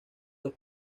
los